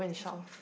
off